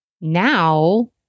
now